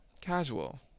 casual